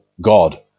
God